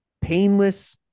painless